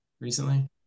recently